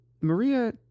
Maria